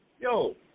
yo